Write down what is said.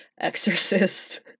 Exorcist